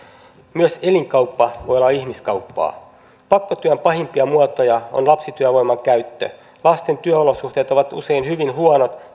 myös elinkauppa voi olla ihmiskauppaa pakkotyön pahimpia muotoja on lapsityövoiman käyttö lasten työolosuhteet ovat usein hyvin huonot